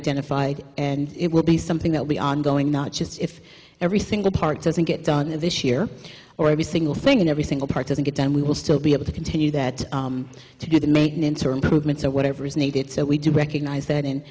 identified it will be something they'll be ongoing not just if every single part doesn't get done this year or every single thing and every single part doesn't get done we will still be able to continue that to do the maintenance or improvements or whatever is needed so we do recognize that